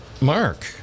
Mark